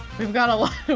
we've got a lot,